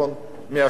מי השליש הזה?